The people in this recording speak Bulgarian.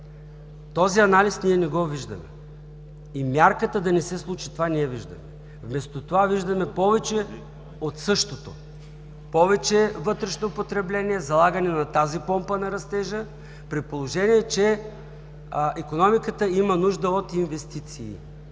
Този анализ ние не го виждаме и мярката да не се случи това не я виждаме. Вместо това виждаме повече от същото – повече вътрешно потребление, залагане на тази помпа на растежа, при положение че икономиката има нужда от инвестиции